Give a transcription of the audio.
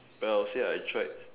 well I would say I tried